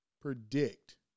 predict